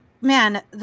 man